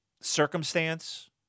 circumstance